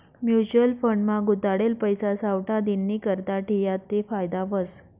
mutual fund मा गुताडेल पैसा सावठा दिननीकरता ठियात ते फायदा व्हस